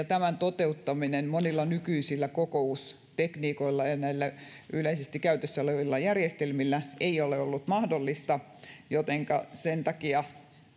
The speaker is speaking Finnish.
tämän toteuttaminen monilla nykyisillä kokoustekniikoilla ja ja näillä yleisesti käytössä olevilla järjestelmillä ei ole ollut mahdollista jotenka sen takia